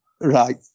Right